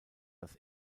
das